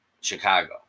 Chicago